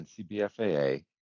NCBFAA